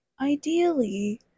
ideally